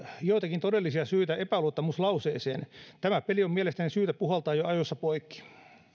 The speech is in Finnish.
joitakin todellisia syitä epäluottamuslauseeseen tämä peli on mielestäni syytä puhaltaa jo ajoissa poikki